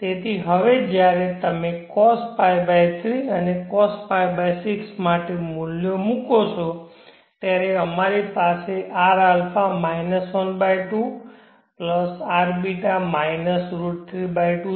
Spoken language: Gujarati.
તેથી હવે જ્યારે તમે cosπ3 અને cosπ6માટે મૂલ્યો મૂકો છો ત્યારે અમારી પાસે rα 12rβ √32